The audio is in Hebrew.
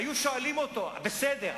היו שואלים אותו: בסדר,